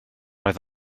oedd